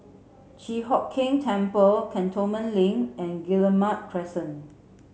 Chi Hock Keng Temple Cantonment Link and Guillemard Crescent